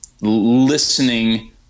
listening